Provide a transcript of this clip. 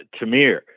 Tamir